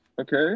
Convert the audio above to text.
okay